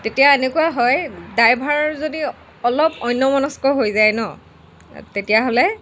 তেতিয়া এনেকুৱা হয় ড্ৰাইভাৰ যদি অলপ অন্যমনস্ক হৈ যায় ন তেতিয়াহ'লে